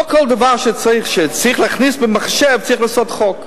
לא לכל דבר שצריך להכניס במחשב צריך לעשות חוק.